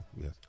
yes